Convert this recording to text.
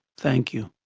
thank you.